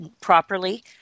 properly